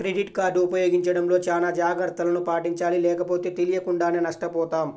credit card ఉపయోగించడంలో చానా జాగర్తలను పాటించాలి లేకపోతే తెలియకుండానే నష్టపోతాం